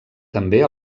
també